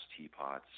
teapots